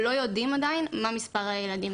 לא יודעים עדיין מה מספר הילדים.